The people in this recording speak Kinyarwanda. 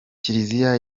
kiliziya